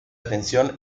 atención